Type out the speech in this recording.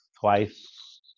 twice